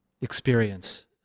experience